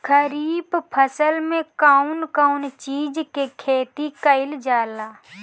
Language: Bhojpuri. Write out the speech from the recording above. खरीफ फसल मे कउन कउन चीज के खेती कईल जाला?